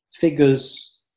figures